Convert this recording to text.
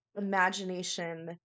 imagination